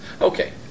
Okay